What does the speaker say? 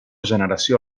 generació